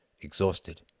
exhausted